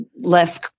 less